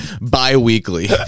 Bi-weekly